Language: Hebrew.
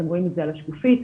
אתם רואים על השקיפות,